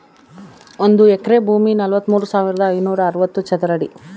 ಒಂದು ಎಕರೆ ಭೂಮಿ ನಲವತ್ಮೂರು ಸಾವಿರದ ಐನೂರ ಅರವತ್ತು ಚದರ ಅಡಿ